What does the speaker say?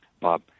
Bob